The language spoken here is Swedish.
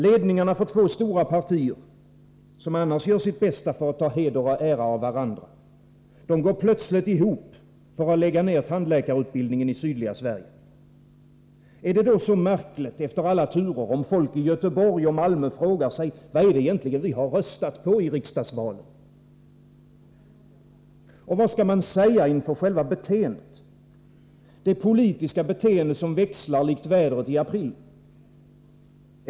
Ledningarna för två stora partier — som annars gör sitt bästa för att ta heder och ära av varandra — går plötsligt ihop för att lägga ned tandläkarutbildningeni sydliga Sverige. Är det då så märkligt efter alla turer om folk i Göteborg och Malmö frågar sig: Vad är det egentligen vi röstat på i riksdagsvalen? Vad skall man säga inför beteendet — det politiska beteende som växlar likt vädret i april?